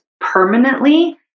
permanently